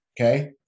Okay